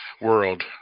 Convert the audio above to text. world